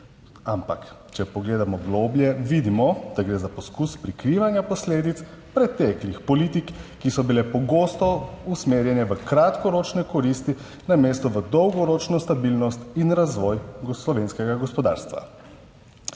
ampak če pogledamo globlje, vidimo, da gre za poskus prikrivanja posledic preteklih politik, ki so bile pogosto usmerjene v kratkoročne koristi namesto v dolgoročno stabilnost in razvoj slovenskega gospodarstva.